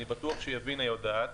אני בטוח שיבינה יודעת